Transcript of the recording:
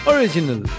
Original